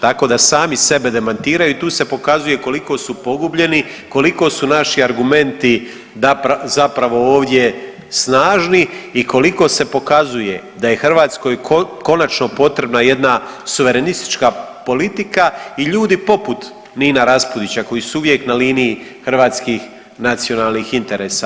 Tako da sami sebe demantiraju i tu se pokazuje koliko su pogubljeni, koliko su naši argumenti zapravo ovdje snažni i koliko se pokazuje da je Hrvatskoj konačno potrebna jedna suverenistička politika i ljudi poput Nina Raspudića koji su uvije na liniji hrvatskih nacionalnih interesa.